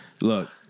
Look